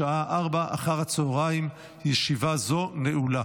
בשעה 16:00. ישיבה זו נעולה.